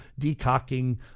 decocking